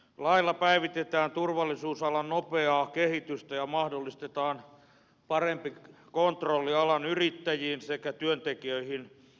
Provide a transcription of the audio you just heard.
lailla päivitetään turvallisuusalan nopeaa kehitystä ja mahdollistetaan parempi kontrolli alan yrittäjiin sekä työntekijöihin